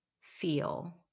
feel